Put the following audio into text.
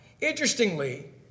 interestingly